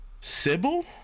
Sybil